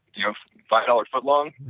you know five-dollar footlongs.